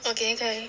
okay okay